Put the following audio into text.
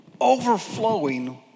overflowing